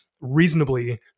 reasonably